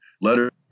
letter